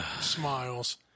smiles